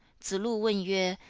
zi lu wen yue,